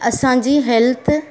असांजी हेल्थ